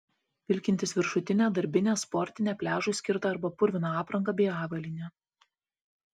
vilkintys viršutinę darbinę sportinę pliažui skirtą arba purviną aprangą bei avalynę